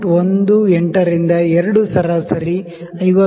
18 ರಿಂದ 2 ಸರಾಸರಿ 51